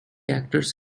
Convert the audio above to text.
actors